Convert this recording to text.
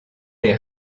les